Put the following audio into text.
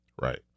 Right